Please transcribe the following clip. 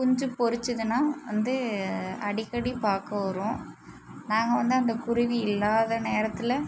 குஞ்சு பொரிச்சிதுன்னா வந்து அடிக்கடி பார்க்க வரும் நாங்கள் வந்து அந்த குருவி இல்லாத நேரத்தில்